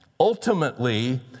Ultimately